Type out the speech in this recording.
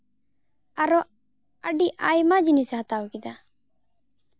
ᱟᱨᱚ ᱟᱹᱰᱤ ᱟᱭᱢᱟ ᱡᱤᱱᱤᱥᱮ ᱦᱟᱛᱟᱣ ᱠᱮᱫᱟ